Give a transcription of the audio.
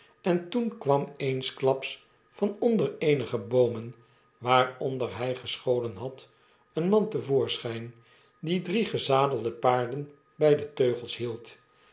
en toen kwam eensklaps van onder eenige boomen waaronder hij gescholen had een man te voorschijn die drie gezadelde paarden bij de teugels hield